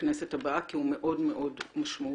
בכנסת הבאה כי הוא מאוד מאוד משמעותי.